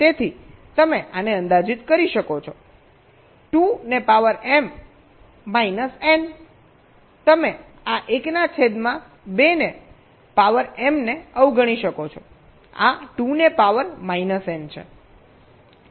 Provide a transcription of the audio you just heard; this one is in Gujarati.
તેથી તમે આને અંદાજિત કરી શકો છો 2 ને પાવર m બાદ n તમે આ 1 ના છેદમાં 2 ને પાવર m ને અવગણી શકો છો આ 2 ને પાવર માઇનસ n છે